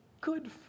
good